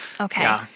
Okay